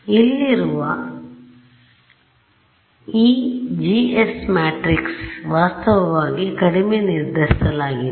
ಇಲ್ಲಿರುವ ಈ GS matrix ವಾಸ್ತವವಾಗಿ ಕಡಿಮೆ ನಿರ್ಧರಿಸಲಾಗಿದೆ